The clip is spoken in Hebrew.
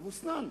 אבו-סנאן,